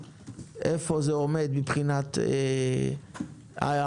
איפה זה עומד מבחינת ההיערכות,